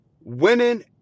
Winning